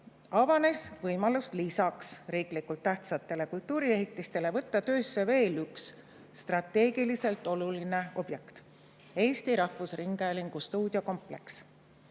avanes võimalus lisaks riiklikult tähtsatele kultuuriehitistele võtta töösse veel üks strateegiliselt oluline objekt: Eesti Rahvusringhäälingu stuudiokompleks.